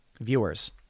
Viewers